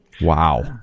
wow